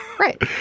Right